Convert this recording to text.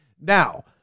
Now